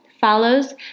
Follows